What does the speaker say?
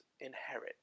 inherit